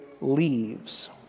leaves